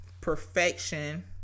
perfection